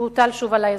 שהוטל שוב על האזרח.